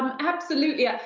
um absolutely. ah